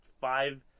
five